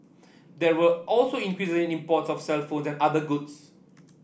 there were also increase imports of cellphone and other goods